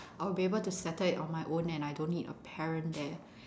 I will be able to settle it on my own and I don't need a parent there